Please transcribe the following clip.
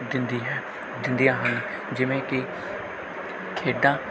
ਦਿੰਦੀ ਹੈ ਦਿੰਦੀਆਂ ਹਨ ਜਿਵੇਂ ਕਿ ਖੇਡਾਂ